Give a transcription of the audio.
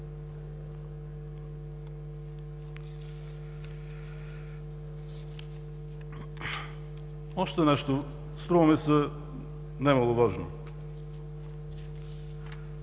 Още нещо, струва ми се, немаловажно.